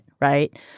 right